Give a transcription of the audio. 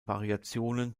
variationen